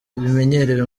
bimenyerewe